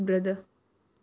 brother